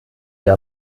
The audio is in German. dir